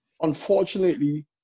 unfortunately